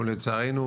לעשות.